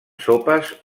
sopes